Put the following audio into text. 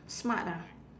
smart ah